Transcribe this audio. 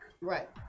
right